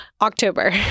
October